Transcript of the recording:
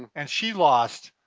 and she lost,